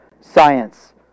science